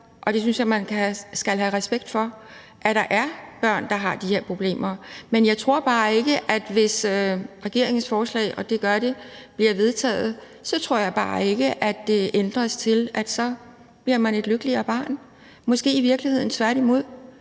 og det synes jeg man skal have respekt for – at der er børn, der har de her problemer, men jeg tror bare ikke, at det, hvis regeringens forslag bliver vedtaget, og det gør det, betyder, at man så bliver et lykkeligere barn, måske i virkeligheden tværtimod.